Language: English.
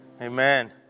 amen